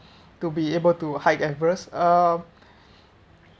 to be able to hike everest uh